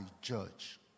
judge